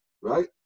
right